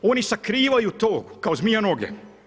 Oni sakrivaju to kao zmija noge.